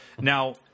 Now